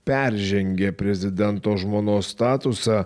peržengė prezidento žmonos statusą